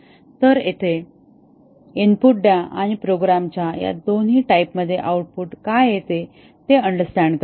तर येथे इनपुट द्या आणि प्रोग्रामच्या या दोन्ही टाईप मध्ये आउटपुट काय येते आहे ते अंडरस्टॅंड करा